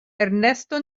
ernesto